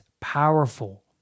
powerful